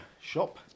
shop